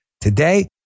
today